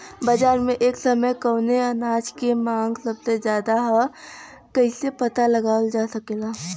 बाजार में एक समय कवने अनाज क मांग सबसे ज्यादा ह कइसे पता लगावल जा सकेला?